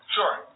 Sure